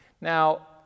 Now